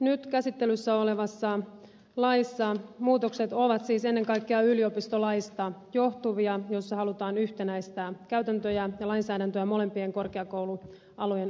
nyt käsittelyssä olevassa laissa muutokset ovat siis ennen kaikkea yliopistolaista johtuvia jossa halutaan yhtenäistää käytäntöjä ja lainsäädäntöä molempien korkeakoulualojen osalta